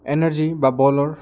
energy বা বলৰ